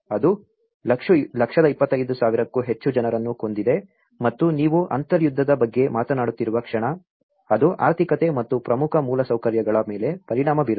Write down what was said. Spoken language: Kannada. ಅದು 125000 ಕ್ಕೂ ಹೆಚ್ಚು ಜನರನ್ನು ಕೊಂದಿದೆ ಮತ್ತು ನೀವು ಅಂತರ್ಯುದ್ಧದ ಬಗ್ಗೆ ಮಾತನಾಡುತ್ತಿರುವ ಕ್ಷಣ ಅದು ಆರ್ಥಿಕತೆ ಮತ್ತು ಪ್ರಮುಖ ಮೂಲಸೌಕರ್ಯಗಳ ಮೇಲೆ ಪರಿಣಾಮ ಬೀರುತ್ತದೆ